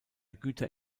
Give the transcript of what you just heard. güter